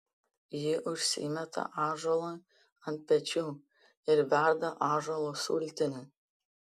ji užsimeta ąžuolą ant pečių ir verda ąžuolo sultinį